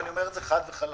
ואומר את זה חד וחלק,